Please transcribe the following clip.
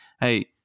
hey